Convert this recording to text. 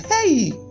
Hey